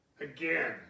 Again